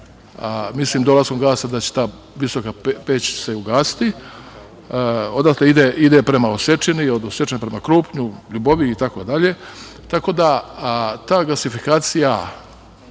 mislim dolaskom gasa da će se ta visoka peć ugasiti, odatle ide prema Osečini, od Osečine prema Krupnju, Ljuboviji itd. Tako da ta gasifikacija